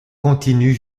continue